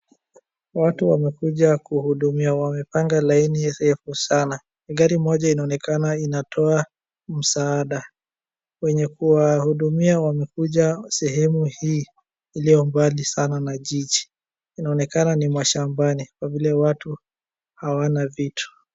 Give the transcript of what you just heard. Watu wamekuja kuhudumiwa wamepanga laini refu sana. Gari moja inaonekana inatoa msaada. Wenye kuwahudumia wamekuja sehemu hii iliyo mbali sana na jiji. Inaonekana ni mashambani kwa vile watu hawanaa vitu.